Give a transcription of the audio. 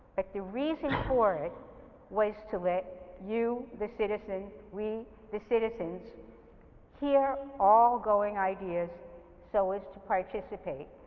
like the reason for it was to let you the citizens we the citizens hear all going ideas so as to participate.